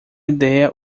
ideia